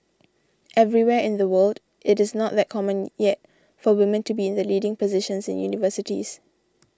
everywhere in the world it is not that common yet for women to be in the leading positions in universities